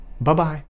Bye-bye